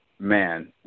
man